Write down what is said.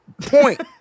point